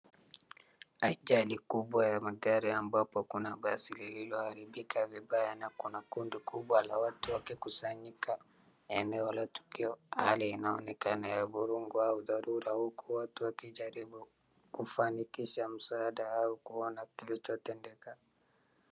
Ajali kubwa ya magari ambapo kuna basi lililo haribika vibaya na kuna kundi kubwa la watu wakikusanyika eneo la tukio, hali inaonekana ya vurugu au dharura huku watu wakijaribu kufanikisha msaada au kuona kilicho tendeka.